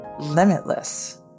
limitless